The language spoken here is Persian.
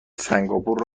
سنگاپور